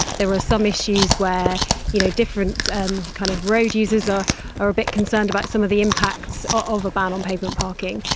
there were some issues where you know different and kind of road users ah are a bit concerned about some of the impacts of a ban on pavement parking.